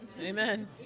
Amen